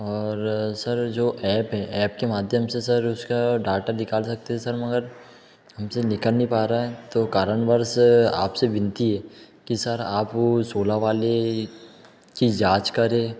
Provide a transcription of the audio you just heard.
और सर जो ऐप है ऐप के माध्यम से सर उसका और डाटा निकाल सकते सर मगर हम से निकल नहीं पा रहा है तो कारणवश आपसे विनती है कि सर आप वो उस ओला वाले की जांच करें